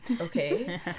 okay